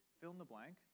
fill-in-the-blank